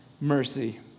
mercy